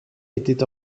était